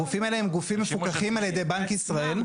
הגופים האלה הם גופים מפוקחים על ידי בנק ישראל.